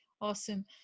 Awesome